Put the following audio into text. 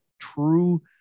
true